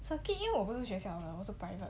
circuit 因为我不是学校的我是 private